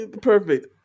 perfect